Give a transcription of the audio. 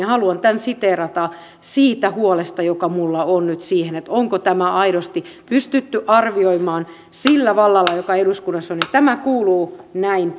haluan tämän siteerata siitä huolesta joka minulla on nyt siitä onko tämä aidosti pystytty arvioimaan sillä vallalla joka eduskunnassa on tämä kuuluu näin